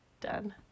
done